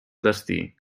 destí